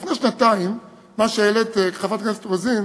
לפני שנתיים, מה שהעלית, חברת הכנסת רוזין,